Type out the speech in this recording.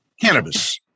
Cannabis